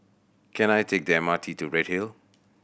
can I take the M R T to Redhill